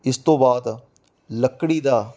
ਇਸ ਤੋਂ ਬਾਅਦ ਲੱਕੜੀ ਦਾ